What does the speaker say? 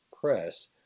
press